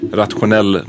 rationell